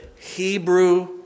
Hebrew